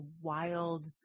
wild